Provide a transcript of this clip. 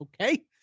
okay